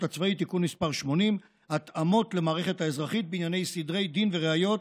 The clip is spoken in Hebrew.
הצבאי (תיקון מס' 80) (התאמות למערכת האזרחית בענייני סדרי דין וראיות),